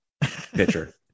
pitcher